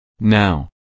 Now